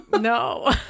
no